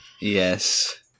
Yes